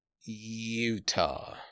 Utah